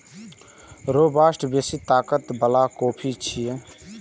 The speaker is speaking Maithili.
रोबास्टा बेसी ताकत बला कॉफी छियै